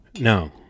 No